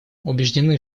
убеждены